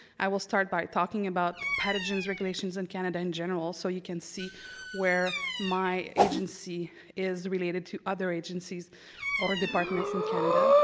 i will start by talking about pathogens regulations in canada in general so you can see where my agency is related to other agencies or departments in canada.